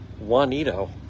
Juanito